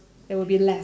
there will be less